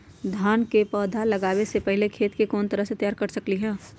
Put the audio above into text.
धान के पौधा लगाबे से पहिले खेत के कोन तरह से तैयार कर सकली ह?